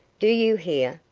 do you hear?